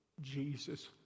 Jesus